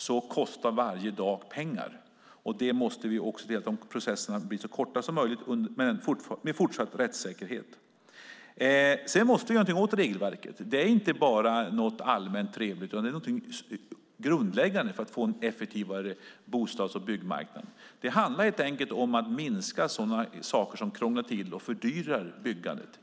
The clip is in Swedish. Vi måste se till att processerna blir så korta som möjligt men med fortsatt rättssäkerhet. Sedan måste vi göra något åt regelverket. Det är inte bara något allmänt trevligt, utan det är grundläggande för att få en effektivare bostads och byggmarknad. Det handlar helt enkelt om att minska sådana saker som krånglar till och fördyrar byggandet.